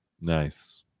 Nice